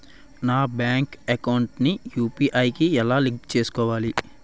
నా bank account ని UPI కి ఎలా లింక్ చేసుకోవాలి?